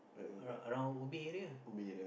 around around Ubi area